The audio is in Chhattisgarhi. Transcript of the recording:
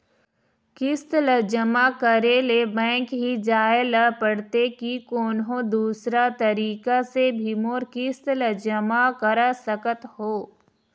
किस्त ला जमा करे ले बैंक ही जाए ला पड़ते कि कोन्हो दूसरा तरीका से भी मोर किस्त ला जमा करा सकत हो?